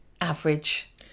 average